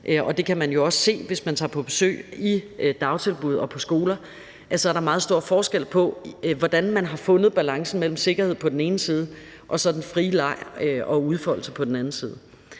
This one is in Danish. Det kan man jo også se, hvis man tager på besøg i dagtilbud og på skoler, for der er meget stor forskel på, hvordan de har fundet balancen mellem sikkerhed på den ene side og så den frie leg og udfoldelse på den anden side.